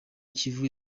kivu